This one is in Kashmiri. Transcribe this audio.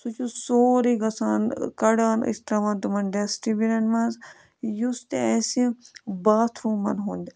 سُہ چھُ سورُے گَژھان کَڈان أسۍ ترٛاوان تِمَن ڈٮسٹہٕ بِِنَن مَنٛز یُس تہِ اَسہِ باتھ روٗمَن ہُنٛد